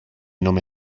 nome